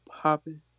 popping